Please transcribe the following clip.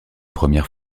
première